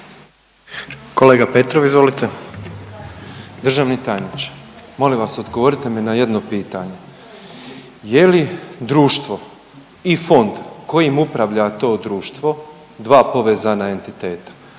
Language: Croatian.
Božo Petrov. Izvolite.